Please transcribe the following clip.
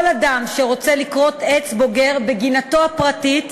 כל אדם שרוצה לכרות עץ בוגר בגינתו הפרטית,